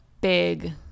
big